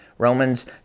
Romans